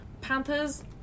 Panthers